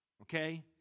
Okay